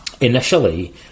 initially